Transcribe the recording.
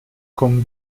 con